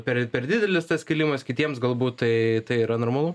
per per didelis tas kilimas kitiems galbūt tai tai yra normalu